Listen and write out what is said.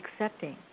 accepting